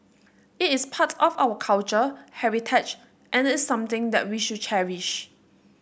it is part of our culture heritage and is something that we should cherish